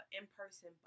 in-person